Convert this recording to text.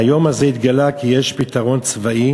מהיום הזה יתגלה כי יש פתרון צבאי